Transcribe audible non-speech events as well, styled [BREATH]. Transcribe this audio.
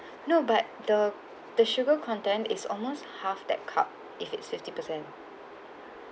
[BREATH] no but the the sugar content is almost half that cup if it's fifty percent